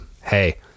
hey